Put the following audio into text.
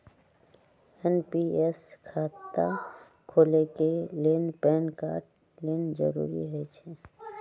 NPS खता खोले के लेल पैन कार्ड लेल जरूरी होइ छै